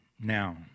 Now